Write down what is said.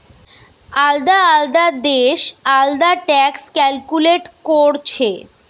আলদা আলদা দেশ আলদা ট্যাক্স ক্যালকুলেট কোরছে